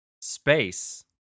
space